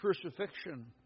crucifixion